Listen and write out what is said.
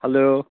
hello